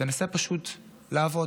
תנסה פשוט לעבוד.